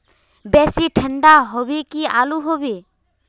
बेसी ठंडा होबे की आलू होबे